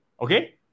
okay